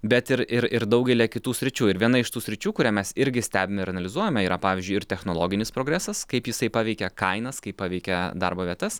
bet ir ir ir daugelyje kitų sričių ir viena iš tų sričių kurią mes irgi stebim ir analizuojame yra pavyzdžiui ir technologinis progresas kaip jisai paveikė kainas kaip paveikė darbo vietas